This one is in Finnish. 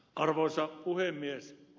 arvoisa puhemies